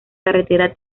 carretera